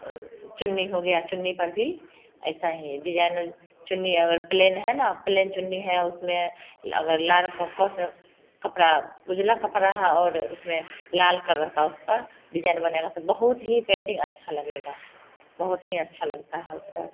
चुन्नी हो गया चुन्नी पर भी ऐसा ही डिजाइनर चुन्नी अगर प्लेन है ना प्लेन चुन्नी है उसमें अगर लाल को कपड़ा उजला कपड़ा और उसमें लाल कर रखा है उस पर डिजाइन बनेगा तो बहुत ही पेंटिंग अच्छा लगेगा बहुत ही अच्छा लगता है उस पर